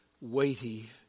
weighty